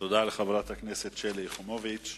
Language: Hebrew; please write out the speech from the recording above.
תודה לחברת הכנסת שלי יחימוביץ.